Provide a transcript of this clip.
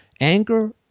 Anger